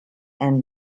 and